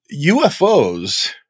UFOs